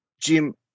Jim